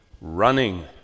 running